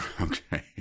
okay